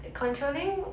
controlling